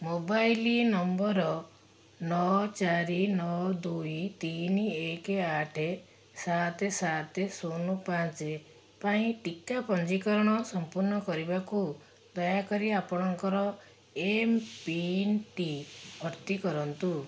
mobile number ନଅ ଚାରି ନଅ ଦୁଇ ତିନି ଏକ ଆଠ ସାତ ସାତ ଶୂନ ପାଞ୍ଚ ପାଇଁ ଟିକା ପଞ୍ଜୀକରଣ ସଂପୂର୍ଣ୍ଣ କରିବାକୁ ଦୟାକରି ଆପଣଙ୍କର ଏମ୍ପିନ୍ଟି ଭର୍ତ୍ତି କରନ୍ତୁ